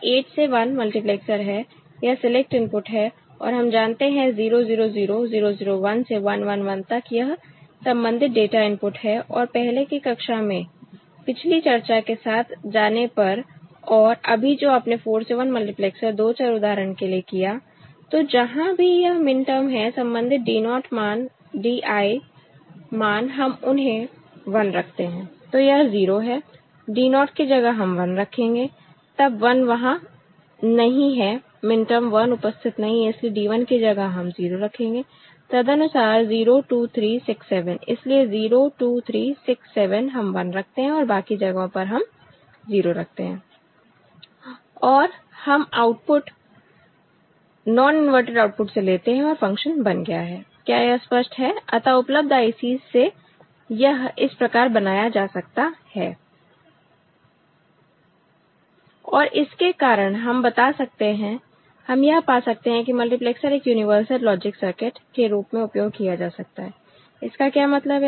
यह 8 से 1 मल्टीप्लैक्सर है यह सिलेक्ट इनपुट है और हम जानते हैं 0 0 0 0 0 1 से 1 1 1 तक यह संबंधित डाटा इनपुट है और पहले की कक्षा में पिछली चर्चा के साथ जाने पर और अभी जो आपने 4 से 1 मल्टीप्लेक्सर 2 चर उदाहरण के लिए किया तो जहां भी यह मिनटर्म है संबंधित D naught मान Di मान हम उन्हें 1 रखते हैं तो यह 0 है D naught की जगह हम 1 रखेंगे तब 1 वहां नहीं है मिनटर्म 1 उपस्थित नहीं है इसलिए D 1 की जगह हम 0 रखेंगे तदनुसार 0 2 3 6 7 इसलिए 0 2 3 6 7 हम 1 रखते हैं और बाकी जगहों पर हम 0 रखते हैं और हम आउटपुट नॉन इनवर्टेड आउटपुट से लेते हैं और फंक्शन बन गया है क्या यह स्पष्ट है अतः उपलब्ध ICs से यह इस प्रकार बनाया जा सकता है और इसके कारण हम बता सकते हैं हम यह पा सकते हैं कि मल्टीप्लैक्सर एक यूनिवर्सल लॉजिक सर्किट के रूप में उपयोग किया जा सकता है इसका क्या मतलब है